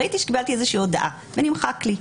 ראיתי שקיבלתי איזושהי הודעה ונמחק לי.